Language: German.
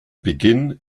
beginn